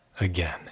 again